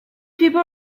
people